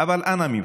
אבל אנא ממך,